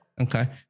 Okay